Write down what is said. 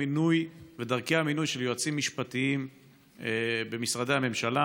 מינוי ודרכי המינוי של יועצים משפטיים במשרדי הממשלה.